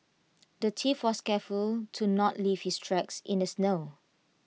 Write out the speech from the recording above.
the thief was careful to not leave his tracks in the snow